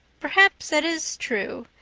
perhaps that is true.